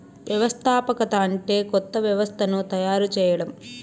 వ్యవస్థాపకత అంటే కొత్త వ్యవస్థను తయారు చేయడం